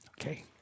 Okay